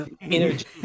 energy